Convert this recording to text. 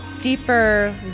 deeper